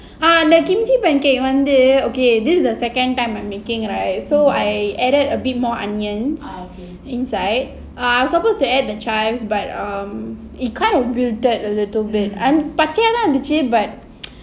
வந்து:vandhu the kimchi pancake okay this is the second time I'm making right so I added a bit more onions inside err I'm suppose to add the chives but um it kind of muted little bit பச்சயத்தான் இருந்துச்சு:pachayathaan irunthuchu but